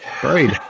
great